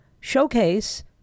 showcase